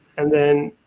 and then